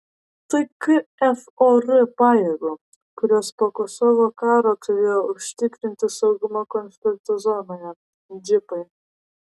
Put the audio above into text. tai kfor pajėgų kurios po kosovo karo turėjo užtikrinti saugumą konflikto zonoje džipai